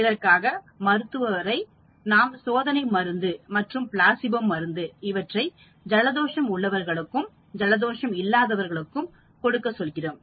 இதற்காக மருத்துவரை நாம் சோதனை மருந்து மற்றும் பிளாசிபோ மருந்து இவற்றை ஜலதோஷம் உள்ளவர்களுக்கும் ஜலதோஷம் இல்லாதவர்களுக்கும் கொடுக்கச் சொல்கிறோம்